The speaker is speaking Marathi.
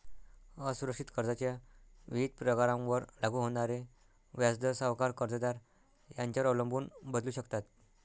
असुरक्षित कर्जाच्या विविध प्रकारांवर लागू होणारे व्याजदर सावकार, कर्जदार यांच्यावर अवलंबून बदलू शकतात